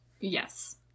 Yes